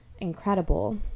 incredible